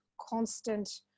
constant